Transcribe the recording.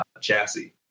chassis